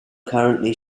currently